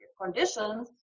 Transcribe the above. conditions